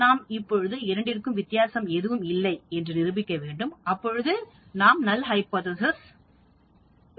நாம் இப்பொழுது இரண்டிற்கும் வித்தியாசம் எதுவும் இல்லை என்று நிரூபிக்க வேண்டும் அப்பொழுது நல் ஹைபோதேசிஸ் உண்மையாகும்